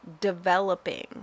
developing